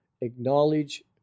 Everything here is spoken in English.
acknowledge